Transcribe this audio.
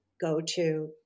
go-to